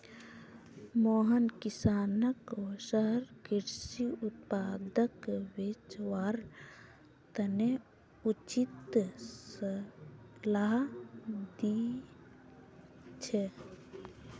मोहन किसानोंक वसार कृषि उत्पादक बेचवार तने उचित सलाह दी छे